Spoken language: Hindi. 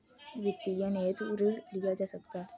वित्तीयन हेतु ऋण लिया जा सकता है